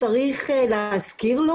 צריך להזכיר לו,